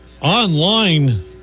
online